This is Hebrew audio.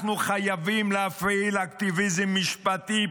אנחנו חייבים להפעיל אקטיביזם משפטי,